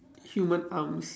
human arms